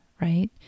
right